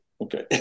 okay